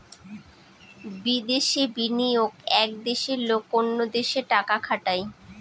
বিদেশে বিনিয়োগ এক দেশের লোক অন্য দেশে টাকা খাটায়